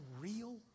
real